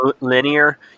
linear